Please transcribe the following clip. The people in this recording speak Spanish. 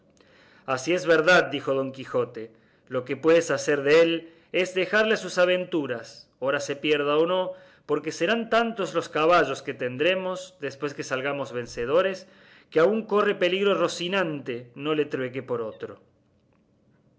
así es verdad dijo don quijote lo que puedes hacer dél es dejarle a sus aventuras ora se pierda o no porque serán tantos los caballos que tendremos después que salgamos vencedores que aun corre peligro rocinante no le trueque por otro